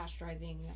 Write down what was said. pasteurizing